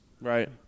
Right